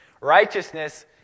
Righteousness